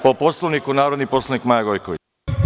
Po Poslovniku narodni poslanik Maja Gojković.